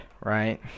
right